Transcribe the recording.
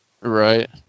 right